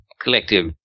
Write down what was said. Collective